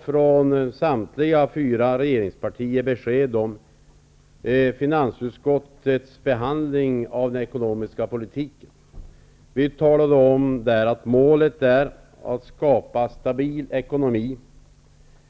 Vi från samtliga fyra regeringspartier redogjorde för finansutskottets behandling av den ekonomiska politiken. Vi talade om att målet är att skapa stabil ekonomi,